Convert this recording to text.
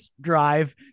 drive